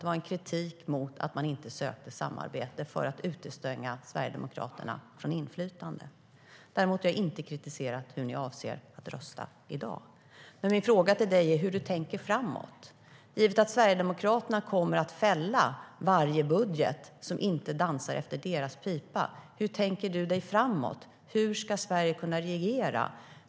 Det var en kritik mot att man inte sökte samarbete för att utestänga Sverigedemokraterna från inflytande. Min fråga till Erik Ullenhag är: Hur tänker ni framåt, givet att Sverigedemokraterna kommer att fälla varje budget som inte dansar efter deras pipa? Hur tänker du dig framåt? Hur ska Sverige kunna regeras?